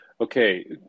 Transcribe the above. Okay